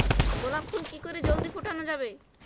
গোলাপ ফুল কি করে জলদি ফোটানো যাবে?